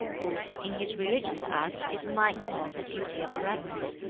who in his religious acts is mindful of the duty of reverence,